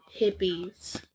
hippies